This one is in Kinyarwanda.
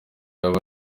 yaba